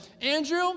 Andrew